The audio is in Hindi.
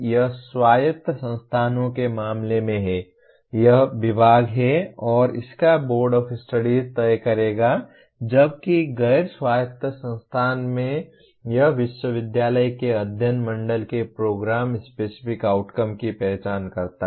यह स्वायत्त संस्थान के मामले में है यह विभाग है और इसका बोर्ड ऑफ़ स्टडीज तय करेगा जबकि गैर स्वायत्त संस्थान में यह विश्वविद्यालय के अध्ययन मंडल के प्रोग्राम स्पेसिफिक आउटकम की पहचान करता है